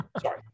sorry